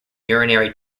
urinary